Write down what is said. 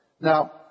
Now